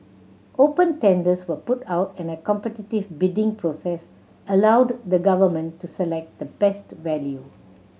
open tenders were put out and a competitive bidding process allowed the Government to select the best value